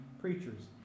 preachers